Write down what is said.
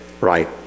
right